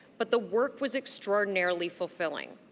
but the work was extraordinarily fulfilling.